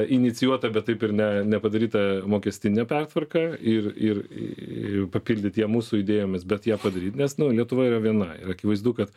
inicijuotą bet taip ir ne nepadarytą mokestinę pertvarką ir ir i papildyt ją mūsų idėjomis bet ją padaryt nes nu lietuva yra viena ir akivaizdu kad